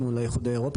האירופי,